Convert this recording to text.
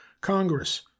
congress